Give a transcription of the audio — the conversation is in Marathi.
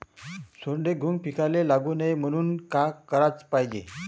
सोंडे, घुंग पिकाले लागू नये म्हनून का कराच पायजे?